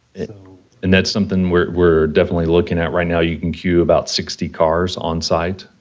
and that's something we're definitely looking at right now. you can queue about sixty cars on site,